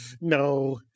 No